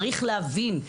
צריך להבין,